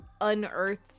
unearthed